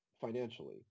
financially